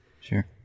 Sure